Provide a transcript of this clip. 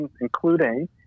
including